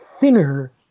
thinner